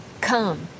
come